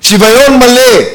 שוויון מלא.